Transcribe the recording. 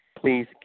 Please